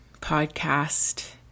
podcast